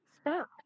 stop